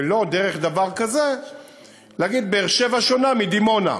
ולא דרך דבר כזה להגיד שבאר-שבע שונה מדימונה.